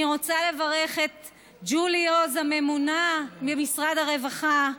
אני רוצה לברך את ג'ולי עוז, הממונה ממשרד הרווחה.